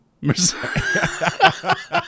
Mercedes